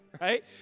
right